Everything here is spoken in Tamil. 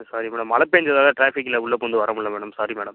சாரி மேடம் மழை பேஞ்சதால் டிராஃபிக்கில் உள்ளே பூகுந்து வர முடியல மேடம் சாரி மேடம்